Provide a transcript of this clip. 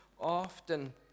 often